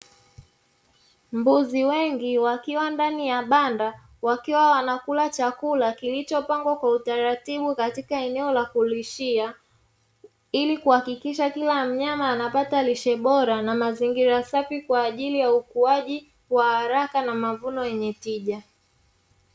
Mbuzi wengi wakiwa ndani ya banda, wakiwa wanakula chakula kilichopangwa kwa utaratibu katika eneo la kulishia, ili kuhakikisha kila mnyama anapata lishe bora na mazingira safi, kwa ajili ya ukuwaji wa haraka na mavuno yenye tija.